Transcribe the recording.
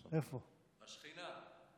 השכינה.